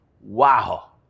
wow